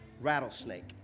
rattlesnake